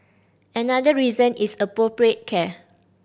another reason is appropriate care